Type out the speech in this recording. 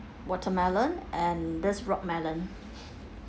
watermelon and this rock melon